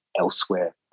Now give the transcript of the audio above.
elsewhere